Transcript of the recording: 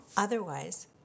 Otherwise